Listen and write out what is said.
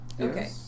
Okay